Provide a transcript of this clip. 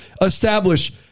establish